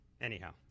Anyhow